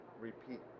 repeat